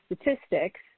statistics